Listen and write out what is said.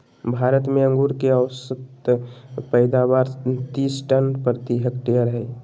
भारत में अंगूर के औसत पैदावार तीस टन प्रति हेक्टेयर हइ